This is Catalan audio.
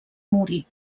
morir